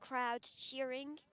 crowds cheering